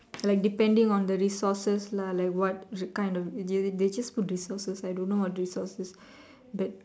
like depending on the resources lah like what the kind of they they just put resources I don't know what resources but